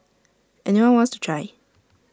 any one wants to try